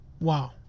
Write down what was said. Wow